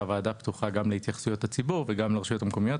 שהוועדה גם פתוחה גם להתייחסויות הציבור וגם לרשויות המקומית,